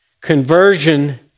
Conversion